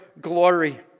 glory